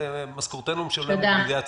ומשכורתנו משולמת בידי הציבור.